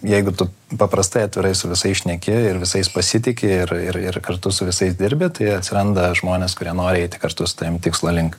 jeigu tu paprastai atvirai su visais šneki ir visais pasitiki ir ir ir kartu su visais dirbi tai atsiranda žmonės kurie nori eiti kartu su tavim tikslo link